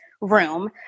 room